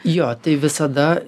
jo tai visada